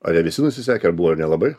ar jie visi nusisekę ar buvo ir nelabai